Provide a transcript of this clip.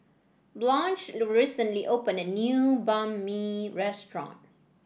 Blanch recently opened a new Banh Mi restaurant